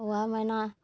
वएह मैना